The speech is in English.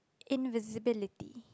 invisibility